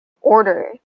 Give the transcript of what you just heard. order